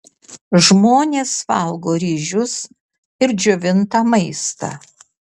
žmonės valgo ryžius ir džiovintą maistą